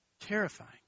Terrifying